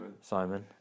Simon